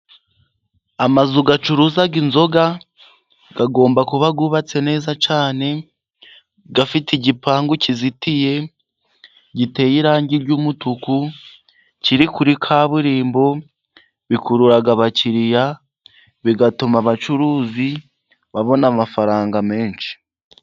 Amazu acuruza inzoga agomba kuba yubatse neza cyane, afite igipangu kizitiye, giteye irangi ry'umutuku, kiri kuri kaburimbo, bikurura abakiriya, bigatuma abacuruzi babona amafaranga menshi.